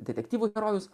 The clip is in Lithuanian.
detektyvų herojus